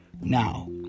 Now